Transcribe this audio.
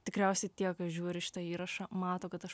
tikriausiai tie kas žiūri šitą įrašą mato kad aš